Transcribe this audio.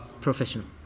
professional